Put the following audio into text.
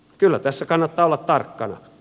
kyllä tässä kannattaa olla tarkkana